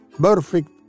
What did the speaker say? perfect